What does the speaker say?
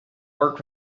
work